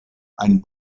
ein